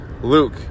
Luke